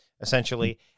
essentially